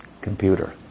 computer